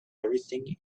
everything